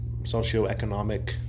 socioeconomic